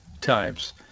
times